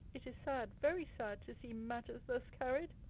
it is sad, very sad, to see matters thus carried!